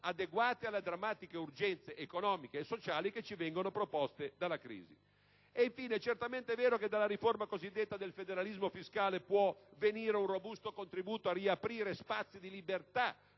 adeguate alle drammatiche urgenze economiche e sociali proposteci dalla crisi. È certamente vero che dalla riforma cosiddetta del federalismo fiscale può venire un robusto contributo a riaprire spazi di libertà